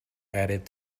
added